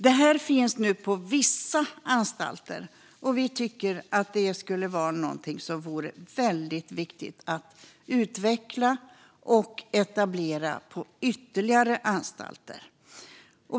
Detta finns nu på vissa anstalter. Vi tycker att det är någonting som skulle vara väldigt viktigt att utveckla och etablera på ytterligare anstalter.